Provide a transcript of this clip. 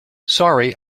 sorry